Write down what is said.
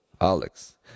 Alex